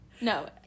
No